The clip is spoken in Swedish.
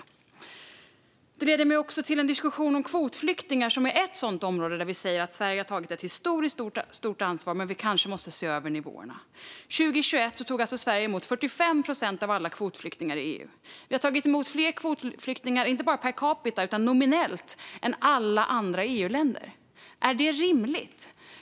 Detta leder mig till en diskussion om kvotflyktingar, som är ett område där vi säger att Sverige har tagit ett historiskt stort ansvar men där vi kanske måste se över nivåerna. År 2021 tog Sverige emot 45 procent av alla kvotflyktingar i EU. Vi har tagit emot fler kvotflyktingar, inte per capita utan nominellt, än alla andra EU-länder. Är detta rimligt?